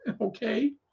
Okay